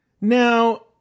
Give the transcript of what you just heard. Now